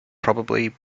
probably